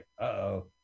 Uh-oh